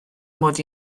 mod